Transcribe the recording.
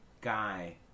guy